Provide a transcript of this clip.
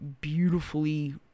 beautifully